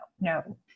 no